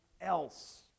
else